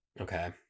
Okay